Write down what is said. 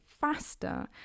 faster